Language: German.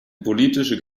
politische